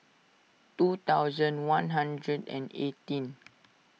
two thousand one hundred and eighteen